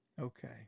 Okay